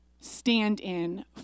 stand-in